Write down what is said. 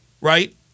right